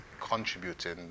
contributing